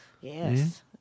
Yes